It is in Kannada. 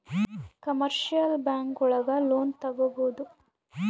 ಕಮರ್ಶಿಯಲ್ ಬ್ಯಾಂಕ್ ಒಳಗ ಲೋನ್ ತಗೊಬೋದು